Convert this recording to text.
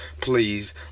please